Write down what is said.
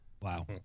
Wow